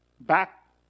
back